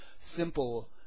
simple